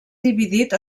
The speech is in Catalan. dividit